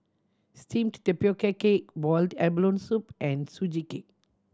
steamed tapioca cake boiled abalone soup and Sugee Cake